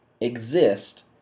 exist